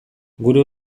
gure